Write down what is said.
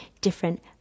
different